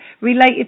related